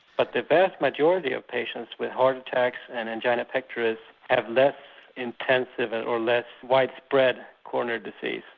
but the vast majority of patients with heart attacks and angina pectoris have less intensive and or less widespread coronary disease.